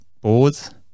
boards